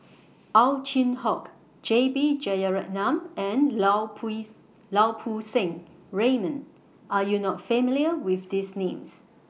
Ow Chin Hock J B Jeyaretnam and Lau Pui's Lau Poo Seng Raymond Are YOU not familiar with These Names